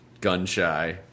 gun-shy